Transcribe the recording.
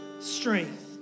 strength